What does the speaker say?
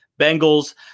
Bengals